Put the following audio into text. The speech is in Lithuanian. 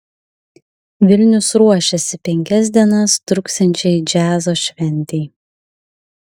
vilnius ruošiasi penkias dienas truksiančiai džiazo šventei